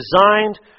designed